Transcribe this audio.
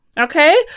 okay